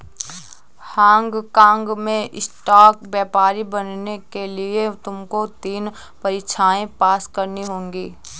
Hong काँग में stock व्यापारी बनने के लिए तुमको तीन परीक्षाएं पास करनी होंगी